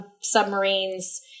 submarines